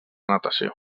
natació